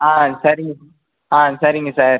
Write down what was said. ஆ சரிங்க ஆ சரிங்க சார்